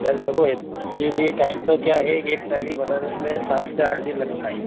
sir देखो actually time तो क्या है एक ट्राली बनाने में सात से आठ दिन लगता है